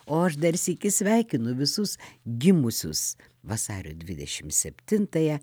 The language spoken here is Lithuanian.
o aš dar sykį sveikinu visus gimusius vasario dvidešimt septintąją